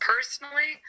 Personally